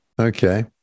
Okay